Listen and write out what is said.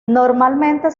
normalmente